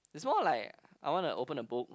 is more like I want to open a book